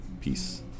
Peace